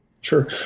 Sure